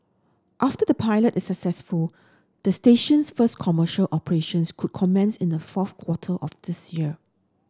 after the pilot is successful the station's first commercial operations could commence in the fourth quarter of this year